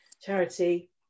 charity